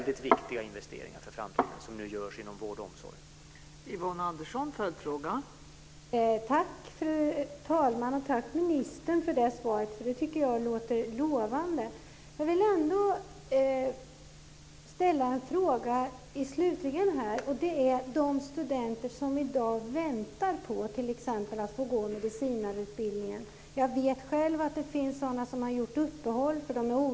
De investeringar som nu görs inom vård och omsorg är väldigt viktiga för framtiden.